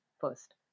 first